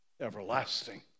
everlasting